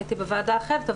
הייתי בוועדה אחרת.